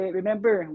remember